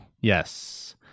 Yes